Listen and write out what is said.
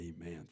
Amen